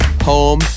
home